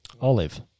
Olive